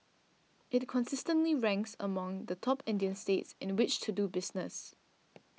it consistently ranks among the top Indian states in which to do business